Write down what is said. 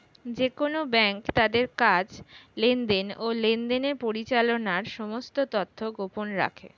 যেকোন ব্যাঙ্ক তাদের কাজ, লেনদেন, ও লেনদেনের পরিচালনার সমস্ত তথ্য গোপন রাখে